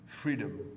Freedom